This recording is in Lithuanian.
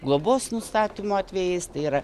globos nustatymo atvejais tai yra